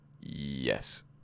yes